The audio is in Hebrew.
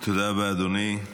תודה רבה, אדוני.